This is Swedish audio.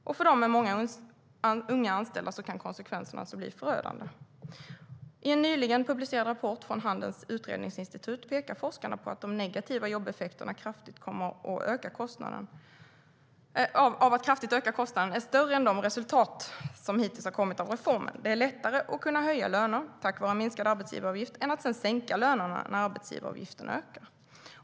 Och för dem med många unga anställda kan konsekvenserna alltså bli förödande.I en nyligen publicerad rapport från Handelns Utredningsinstitut pekar forskarna på att de negativa jobbeffekterna av att kraftigt öka kostnaderna är större än de resultat som hittills kommit av reformen. Det är lättare att höja löner tack vare en minskad arbetsgivaravgift än att sedan sänka lönerna när arbetsgivaravgiften ökar.